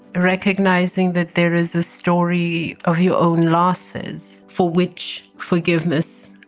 and recognizing that there is a story of your own losses for which forgiveness